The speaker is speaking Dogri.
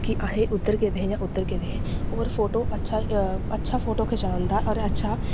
कि असें उद्धर गेदे हे जां उद्धर गेदे हे होर फोटो अच्छा अच्छा फोटो खचान दा होर अच्छा